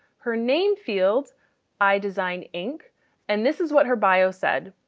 her name, fields idesign inc and this is what her bio said.